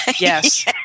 Yes